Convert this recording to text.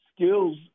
skills